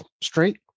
straight